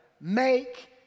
make